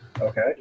Okay